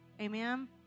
amen